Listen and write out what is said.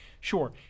sure